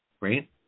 right